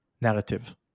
narrative